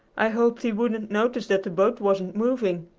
i hoped he wouldn't notice that the boat wasn't moving.